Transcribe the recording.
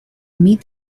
meet